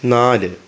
നാല്